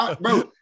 Bro